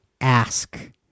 ask